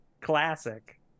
Classic